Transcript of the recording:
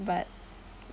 but